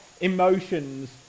emotions